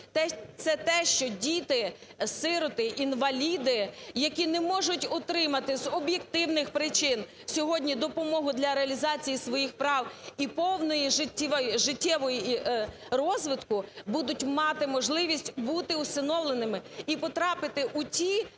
це те, що діти-сироти, інваліди, які не можуть отримати з об'єктивних причин сьогодні допомогу для реалізації своїх прав і повного життєвого розвитку, будуть мати можливість бути усиновленими і потрапити у ті